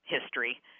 history